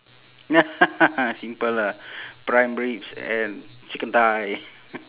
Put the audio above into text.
simple ah prime ribs and chicken thigh